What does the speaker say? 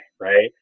right